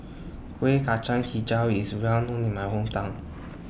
Kuih Kacang Hijau IS Well known in My Hometown